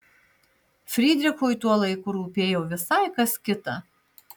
frydrichui tuo laiku rūpėjo visai kas kita